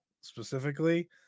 specifically